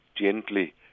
gently